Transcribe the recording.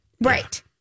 Right